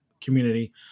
community